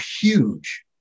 huge